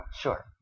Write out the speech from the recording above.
sure